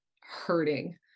hurting